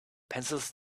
pencils